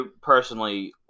personally